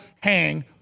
hang